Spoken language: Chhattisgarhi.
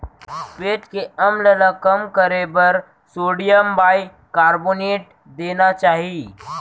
पेट के अम्ल ल कम करे बर सोडियम बाइकारबोनेट देना चाही